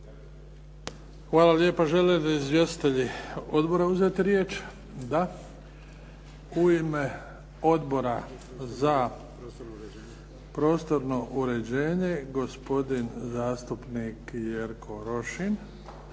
Hvala lijepa. Žele li izvjestitelji odbora uzeti riječ? Da. U ime Odbora za prostorno uređenje gospodin zastupnik Jerko Rošin.